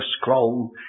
scroll